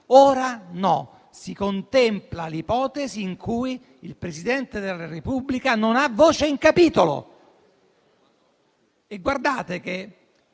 ora no: si contempla l'ipotesi in cui il Presidente della Repubblica non ha voce in capitolo. E guardate che